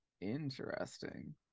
Interesting